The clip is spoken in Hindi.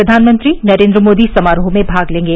प्रधानमंत्री नरेन्द्र मोदी समारोह में भाग लेंगे